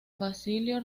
basilio